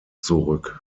zurück